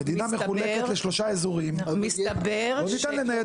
המדינה מחולקת לשלושה אזורים, לא ניתן לנייד